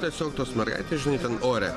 tiesiog tos mergaitės žinai ten ore